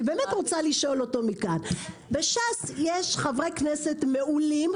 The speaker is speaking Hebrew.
אני באמת רוצה לשאול אותו מכאן: בש"ס יש חברי כנסת מעולים,